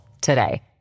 today